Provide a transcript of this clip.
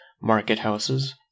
market-houses